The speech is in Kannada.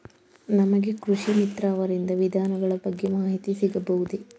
ನಮಗೆ ಕೃಷಿ ಮಿತ್ರ ಅವರಿಂದ ವಿಧಾನಗಳ ಬಗ್ಗೆ ಮಾಹಿತಿ ಸಿಗಬಹುದೇ?